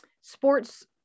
sports